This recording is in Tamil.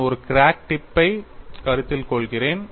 நான் ஒரு கிராக் டிப் பை கருத்தில் கொள்கிறேன்